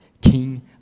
King